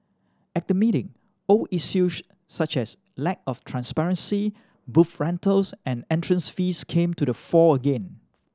at the meeting old issues such as lack of transparency booth rentals and entrance fees came to the fore again